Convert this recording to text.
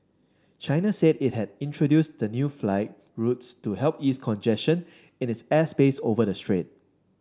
China said it had introduced the new flight routes to help ease congestion in its airspace over the strait